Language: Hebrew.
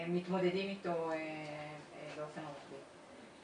מתמודדים אתו באופן רוחבי.